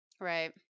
right